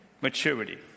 maturity